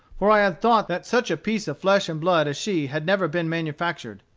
for i had thought that such a piece of flesh and blood as she had never been manufactured,